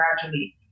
gradually